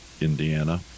Indiana